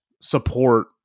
Support